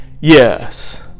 Yes